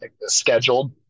scheduled